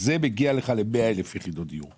זה מגיע ל-100,000 יחידות דיור,